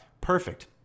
Perfect